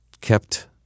kept